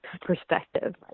perspective